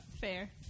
Fair